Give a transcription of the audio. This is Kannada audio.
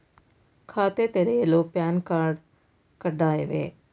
ಖಾತೆ ತೆರೆಯಲು ಪ್ಯಾನ್ ಕಾರ್ಡ್ ಕಡ್ಡಾಯವೇ?